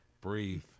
Breathe